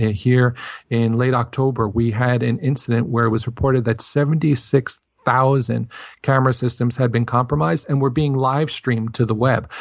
here in late october, we had an incident where it was reported that seventy six thousand camera systems had been compromised and were being live-streamed to the web.